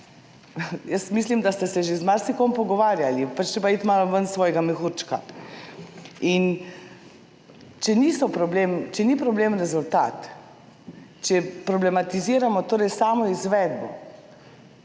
Jaz mislim, da ste se že z marsikom pogovarjali, pač je treba iti malo ven svojega mehurčka. In če ni problem rezultat, če problematiziramo torej samo izvedbo,